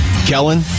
Kellen